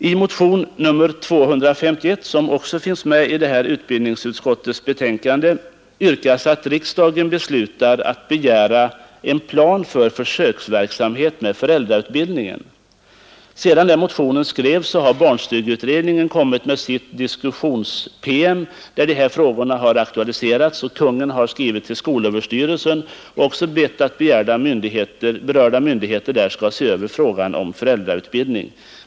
I motionen 251, som också behandlas i utbildningsutskottets betänkande, yrkas att riksdagen beslutar att begära en plan för försöksverksamhet med föräldrautbildning. Sedan motionen skrevs har barnstugeutredningen kommit med sin diskussions-PM, där dessa frågor aktualiseras, och Kungl. Maj:t har skrivit till skolöverstyrelsen och också bett att berörda myndigheter skall se över frågan om föräldrautbildningen.